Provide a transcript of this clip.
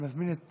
אני מזמין את